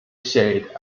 shade